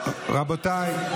רבותיי,